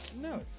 No